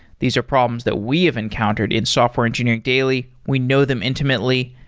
these are problems that we have encountered in software engineering daily. we know them intimately,